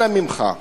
אנא ממך,